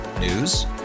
News